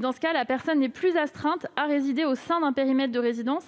Dans ce cas, la personne n'est plus astreinte à résider au sein d'un périmètre de résidence